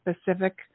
specific